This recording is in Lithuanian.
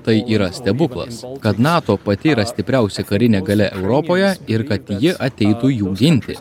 tai yra stebuklas kad nato pati yra stipriausia karinė galia europoje ir kad ji ateitų jų ginti